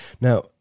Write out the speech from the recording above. now